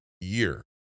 year